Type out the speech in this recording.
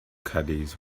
caddies